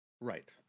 right